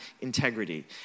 integrity